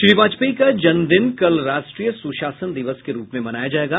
श्री वाजपेयी का जन्मदिन कल राष्ट्रीय सुशासन दिवस के रूप में मनाया जायेगा